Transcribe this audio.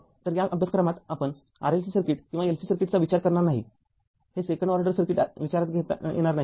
तरया अभ्यासक्रमात आपण RLC सर्किट किंवा LC सर्किटचा विचार करणार नाही हे सेकंड ऑर्डर सर्किट विचारात घेणार नाही